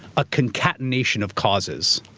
a concatenation of causes.